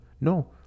no